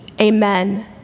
Amen